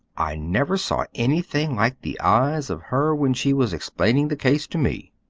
i never saw anything like the eyes of her when she was explaining the case to me.